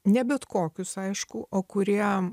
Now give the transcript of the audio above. ne bet kokius aišku o kurie